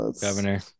governor